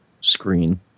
screen